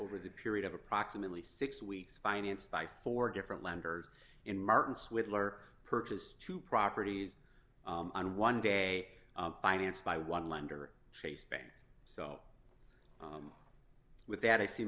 over the period of approximately six weeks financed by four different lenders in martin swift lawyer purchased two properties on one day financed by one lender chase bank so with that i see